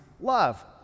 love